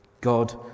God